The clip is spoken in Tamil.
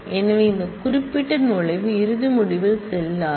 எனவே இந்த குறிப்பிட்ட நுழைவு இறுதி முடிவில் செல்லாது